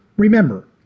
Remember